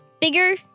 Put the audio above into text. bigger